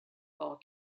fall